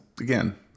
again